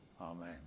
Amen